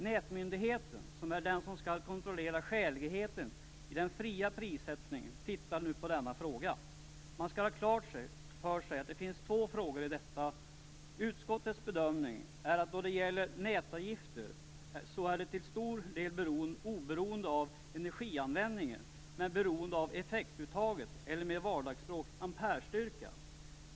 Nätmyndigheten, som skall kontrollera skäligheten i den fria prissättningen, studerar nu detta ämne. Man skall ha klart för sig att det omfattar två frågor. Utskottets bedömning är att nätavgifterna till stor del är oberoende av energianvändningen men däremot avhängiga av effektuttaget eller, uttryckt på vardagsspråk, amperestyrka.